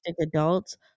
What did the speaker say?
adults